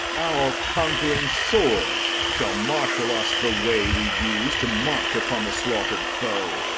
our conquering swords shall marshal us the way we use to march upon the slaughter'd foe,